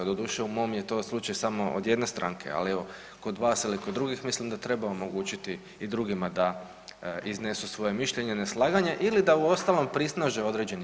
Doduše, u mom je to slučaju samo od jedne stranke, ali evo kod vas ili kod drugih mislim da treba omogućiti i drugima da iznesu svoje mišljenje i neslaganje ili da uostalom prisnaže određeni